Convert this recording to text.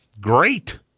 Great